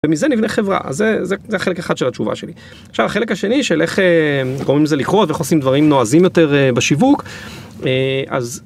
ומזה נבנה חברה, אז זה החלק אחד של התשובה שלי, עכשיו החלק השני של איך קוראים לזה לקרוא ואיך עושים דברים נועזים יותר בשיווק, אז.